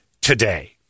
today